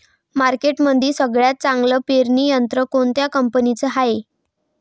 मार्केटमंदी सगळ्यात चांगलं पेरणी यंत्र कोनत्या कंपनीचं हाये?